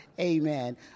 Amen